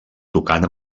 tocant